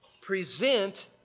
present